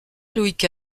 louis